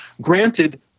Granted